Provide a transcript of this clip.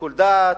בשיקול דעת,